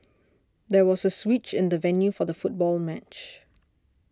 there was a switch in the venue for the football match